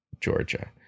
georgia